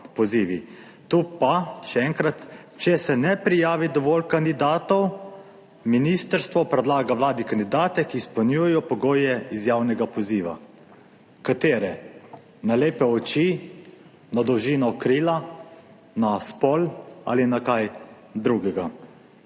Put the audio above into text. Tu pa, še enkrat, če se ne prijavi dovolj kandidatov, ministrstvo predlaga Vladi kandidate, ki izpolnjujejo pogoje iz javnega poziva. Katere? Na lepe oči? Na dolžino krila? Na spol ali na kaj drugega?